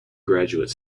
graduate